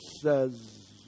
says